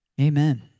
Amen